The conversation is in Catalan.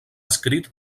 escrit